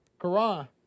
Quran